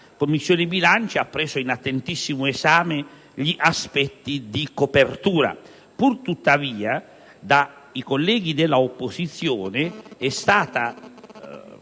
5a Commissione ha preso in attentissimo esame gli aspetti di copertura; purtuttavia, dai colleghi dell'opposizione è stata